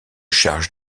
charges